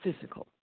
physical